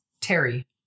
Terry